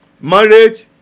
marriage